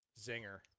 Zinger